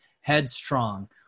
headstrong